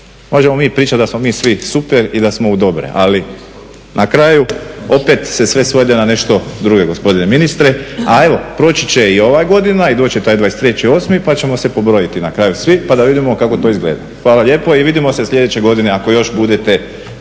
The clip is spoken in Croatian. možemo mi pričat da smo mi svi super i da smo dobri, ali na kraju opet se sve svede na nešto drugo gospodine ministre. A evo proći će i ova godina i doći će taj 23.8. pa ćemo se pobrojiti na kraju svi pa da vidimo kako to izgleda. Hvala lijepo i vidimo se sljedeće godine ako još budete